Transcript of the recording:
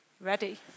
Ready